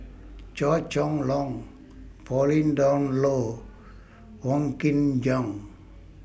Chua Chong Long Pauline Dawn Loh Wong Kin Jong